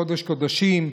קודש קודשים,